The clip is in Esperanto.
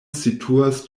situas